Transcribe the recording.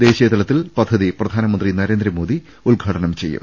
ദേശീയതലത്തിൽ പദ്ധതി പ്രധാനമന്ത്രി നരേന്ദ്രമോദി ഉദ്ഘാടനം ചെയ്യും